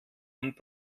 und